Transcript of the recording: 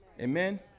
Amen